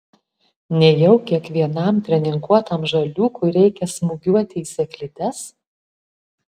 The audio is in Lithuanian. nejau kiekvienam treninguotam žaliūkui reikia smūgiuoti į sėklides